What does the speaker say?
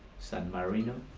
so and marino,